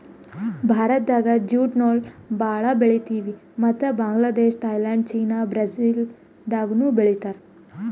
ಭಾರತ್ದಾಗ್ ಜ್ಯೂಟ್ ನೂಲ್ ಭಾಳ್ ಬೆಳಿತೀವಿ ಮತ್ತ್ ಬಾಂಗ್ಲಾದೇಶ್ ಥೈಲ್ಯಾಂಡ್ ಚೀನಾ ಬ್ರೆಜಿಲ್ದಾಗನೂ ಬೆಳೀತಾರ್